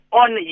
on